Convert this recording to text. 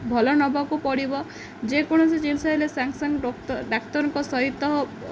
ଭଲ ନେବାକୁ ପଡ଼ିବ ଯେକୌଣସି ଜିନିଷ ହେଲେ ସାଙ୍ଗେ ସାଙ୍ଗ ଡାକ୍ତରଙ୍କ ସହିତ